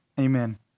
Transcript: Amen